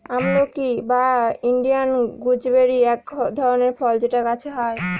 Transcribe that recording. আমলকি বা Indian gooseberry এক ধরনের ফল যেটা গাছে হয়